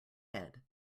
head